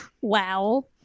Wow